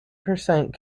percent